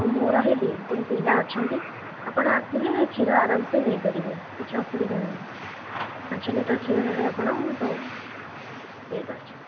ମୁଁ ରହିବି ପୁଣି ପିଲା ଅଛନ୍ତି ଆପଣ ଆସିଲେ କ୍ଷୀର ଆରାମସେ ନେଇ ପାରିବେ କିଛି ଅସୁବିଧା ନାଇଁ ପାଞ୍ଚ ଲିଟର୍ କ୍ଷୀର ନେବେ ଆପଣ ତ ଠିକ୍ ଅଛି